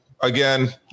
again